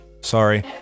Sorry